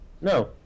No